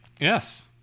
Yes